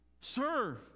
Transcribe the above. serve